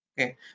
Okay